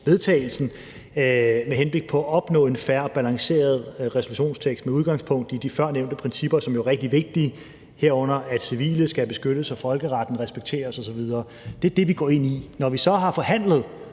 med henblik på at opnå en fair og balanceret resolutionstekst med udgangspunkt i de førnævnte principper, som jo er rigtig vigtige, herunder at civile skal have beskyttelse af folkeretten og respekteres osv. Det er det, vi går ind i. Når vi så har forhandlet